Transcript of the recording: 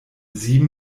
sieben